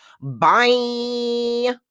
Bye